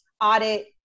audit